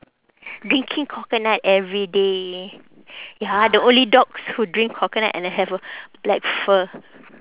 drinking coconut every day ya the only dogs who drink coconut and have a black fur